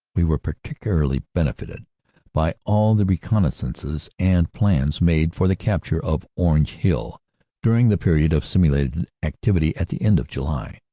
we were particularly benefited by all the reconnaissances and plans made for the capture of orange hill during the period of simulated activity at the end of july.